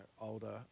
older